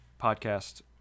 podcast